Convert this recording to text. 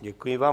Děkuji vám.